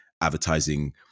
advertising